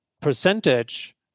percentage